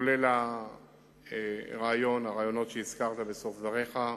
עם הרעיונות שהזכרת בסוף דבריך,